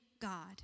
God